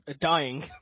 Dying